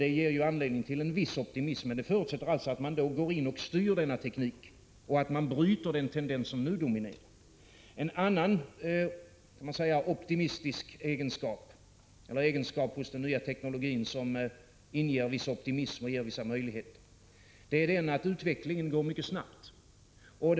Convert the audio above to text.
Detta ger anledning till en viss optimism, men det förutsätter att man går in och styr denna teknik, att man bryter den tendens som nu dominerar. En annan egenskap hos den nya teknologin som inger en viss optimism och ger vissa möjligheter är den att utvecklingen går mycket snabbt.